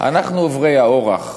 אנחנו עוברי האורח,